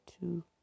two